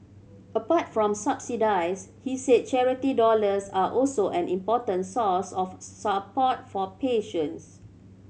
apart from subsidies he said charity dollars are also an important source of support for patients